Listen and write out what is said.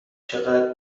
چقدر